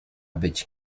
być